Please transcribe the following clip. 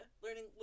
learning